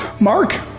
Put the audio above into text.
Mark